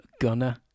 Gunner